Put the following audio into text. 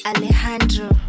Alejandro